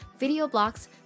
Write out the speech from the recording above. videoblocks